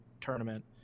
tournament